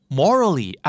morally